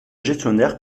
gestionnaire